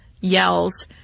yells